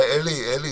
אלי, תקשיב,